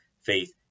Faith